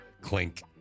clink